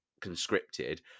conscripted